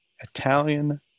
italian